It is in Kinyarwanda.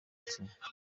kimwe